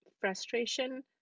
frustration